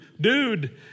dude